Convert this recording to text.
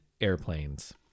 airplanes